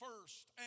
first